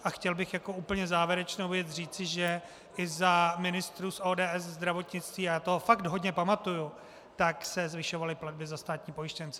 A chtěl bych jako úplně závěrečnou věc říci, že i za ministrů ODS zdravotnictví, a já toho fakt hodně pamatuji, se zvyšovaly platby za státní pojištěnce.